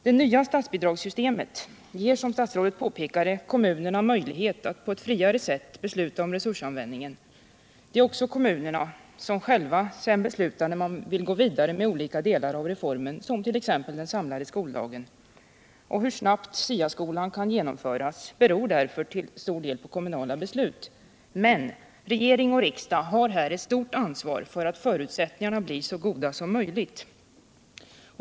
Det nya statsbidragssystemet ger, som statsrådet påpekar, kommunerna möjlighet att på ett friare sätt besluta om resursanvändningen. Det är också kommunerna som sedan själva beslutar när de vill gå vidare med olika delar av reformen, t.ex. när det gäller den samlade skoldagen. Hur snart SIA skolan kan genomföras beror därför till stor del på kommunala beslut. Men regering och riksdag har här ett stort ansvar för att förutsättningarna blir så goda som möjligt.